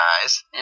guys